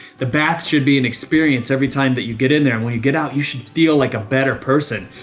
the bath should be an experience every time do but you get in there, and when you get out you should feel like a better person.